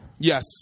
Yes